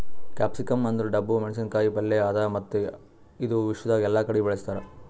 capsicum ಅಂದುರ್ ಡಬ್ಬು ಮೆಣಸಿನ ಕಾಯಿ ಪಲ್ಯ ಅದಾ ಮತ್ತ ಇದು ವಿಶ್ವದಾಗ್ ಎಲ್ಲಾ ಕಡಿ ಬೆಳುಸ್ತಾರ್